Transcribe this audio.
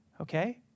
Okay